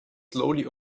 slowly